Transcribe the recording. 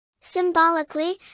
Symbolically